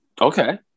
Okay